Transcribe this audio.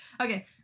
Okay